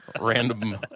random